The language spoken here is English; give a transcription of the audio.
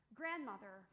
grandmother